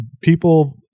people